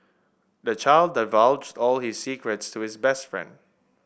the child divulged all his secrets to his best friend